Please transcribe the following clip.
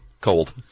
cold